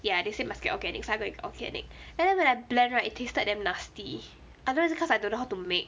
ya they say must be organic so I go and get organic and then when I blend right it tasted damn nasty I don't know is it cause I don't know how to make